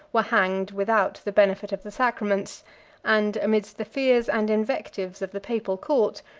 were hanged without the benefit of the sacraments and, amidst the fears and invectives of the papal court,